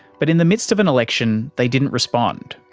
but in the midst of an election, they didn't respond.